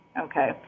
okay